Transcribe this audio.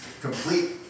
complete